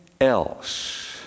else